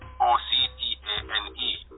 O-C-T-A-N-E